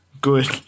good